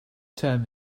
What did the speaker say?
term